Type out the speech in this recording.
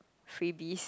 freebies